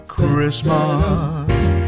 Christmas